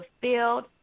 field